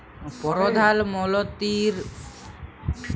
পরধাল মলতির ফসল বীমা যজলার মত আমাদের দ্যাশে ফসলের জ্যনহে বীমা পাউয়া যায়